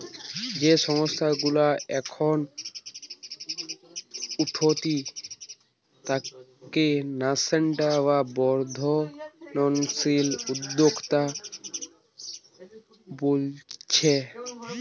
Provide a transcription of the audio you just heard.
যেই সংস্থা গুলা এখন উঠতি তাকে ন্যাসেন্ট বা বর্ধনশীল উদ্যোক্তা বোলছে